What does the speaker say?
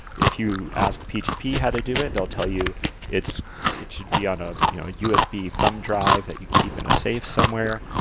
if you ask ptp how to do it, they'll tell you it should be on ah you know a usb thumb drive that you keep in a safe somewhere,